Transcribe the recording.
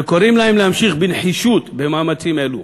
והם קוראים להם להמשיך בנחישות במאמצים אלה,